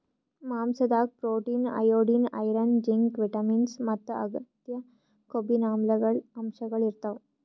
ಮಾಂಸಾದಾಗ್ protein, iodine, iron, zinc, vitamins ಮತ್ತ್ ಅಗತ್ಯ ಕೊಬ್ಬಿನಾಮ್ಲಗಳ್ ಅಂಶಗಳ್ ಇರ್ತವ್